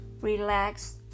relax